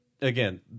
again